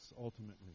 ultimately